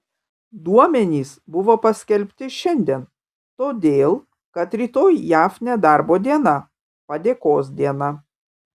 duomenys buvo paskelbti šiandien todėl kad rytoj jav nedarbo diena padėkos diena